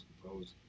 composed